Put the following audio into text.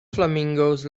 flamingos